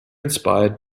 inspired